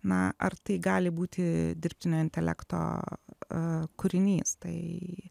na ar tai gali būti dirbtinio intelekto kūrinys tai